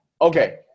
Okay